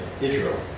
Israel